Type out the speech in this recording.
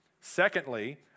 Secondly